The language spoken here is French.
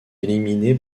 éliminé